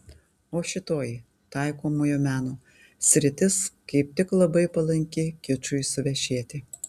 o šitoji taikomojo meno sritis kaip tik labai palanki kičui suvešėti